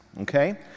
okay